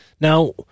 Now